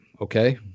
okay